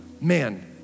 man